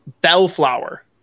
Bellflower